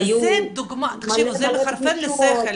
לא, זו דוגמה, תקשיבו זה מחרפן את השכל.